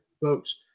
folks